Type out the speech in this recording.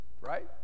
right